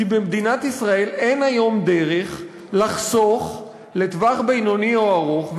כי במדינת ישראל אין היום דרך לחסוך לטווח בינוני או ארוך,